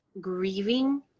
grieving